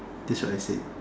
that's what I said